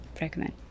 recommend